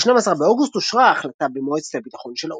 ב-12 באוגוסט אושרה ההחלטה במועצת הביטחון של האו"ם.